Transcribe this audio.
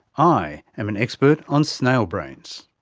i am an expert on snail brains.